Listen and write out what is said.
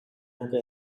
nuke